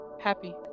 happy